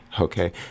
Okay